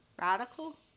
radical